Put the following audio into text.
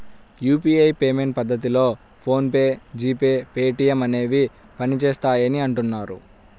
UPI payment పద్ధతిలో PhonePe, GPay, Paytm అనేవి పనిచేస్తాయని అంటున్నారు